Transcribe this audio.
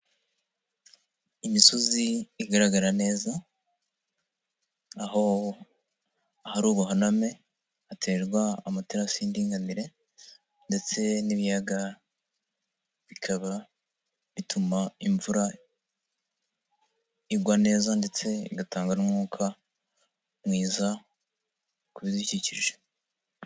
Imisozi igaragara neza, aho hari ubuhaname, haterwa amaterasi y'indinganire ndetse n'ibiyaga bikaba bituma imvura igwa neza ndetse igatanga n'umwuka mwiza ku bidukikije.